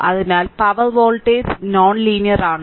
അതിനാൽ power voltage non linear ആണ്